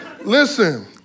Listen